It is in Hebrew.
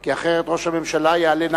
כי אחרת ראש הממשלה יעלה.